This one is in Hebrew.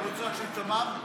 לרוצח של תמם,